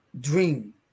dream